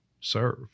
serve